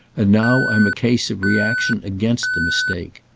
and now i'm a case of reaction against the mistake.